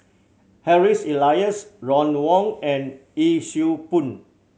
Harry's Elias Ron Wong and Yee Siew Pun